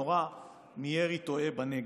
נורה מירי טועה בנגב.